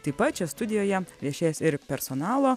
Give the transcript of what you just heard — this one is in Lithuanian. taip pat čia studijoje viešės ir personalo